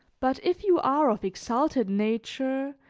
but if you are of exalted nature,